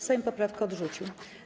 Sejm poprawkę odrzucił.